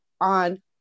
on